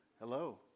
Hello